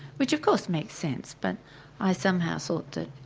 which of course makes sense but i somehow thought that,